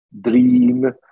dream